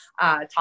talk